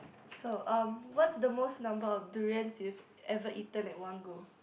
so um what's the most number of durians you've ever eaten at one go